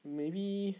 maybe